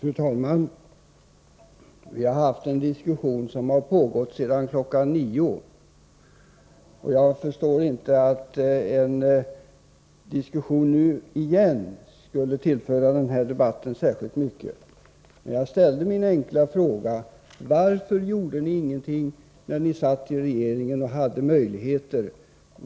Fru talman! Vi har haft en diskussion som pågått sedan kl. 09.00, och jag förstår inte att en diskussion nu igen skulle tillföra frågan särskilt mycket. Jag ställde min enkla fråga: Varför gjorde ni ingenting när ni satt i regering och hade möjligheter?